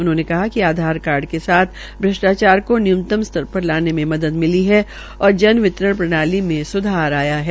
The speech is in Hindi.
उन्होंने कहा कि आधार कार्ड के साथ श्रष्ट्राचार को न्य्नतम स्तर र लाने में मदद मिली है और जन वितरण प्रणाली में सुधार हुआ है